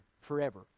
forever